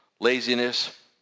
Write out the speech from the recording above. laziness